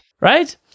right